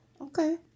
Okay